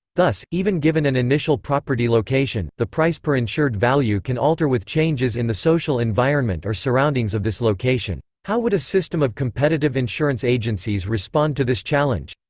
thus, even given an initial property location, the price per insured value can alter with changes in the social environment or surroundings of this location. how would a system of competitive insurance agencies respond to this challenge?